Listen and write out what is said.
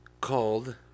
called